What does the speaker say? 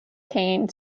kain